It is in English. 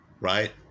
right